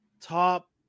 top